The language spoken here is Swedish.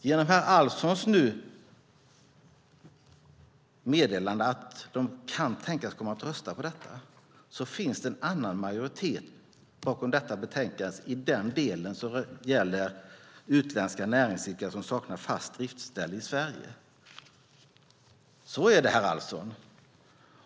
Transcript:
Genom herr Alfssons meddelande nu att de kan tänkas komma att rösta på den finns det en annan majoritet bakom detta betänkande i den del som gäller utländska näringsidkare som saknar fast driftställe i Sverige. Så är det, herr Alfsson.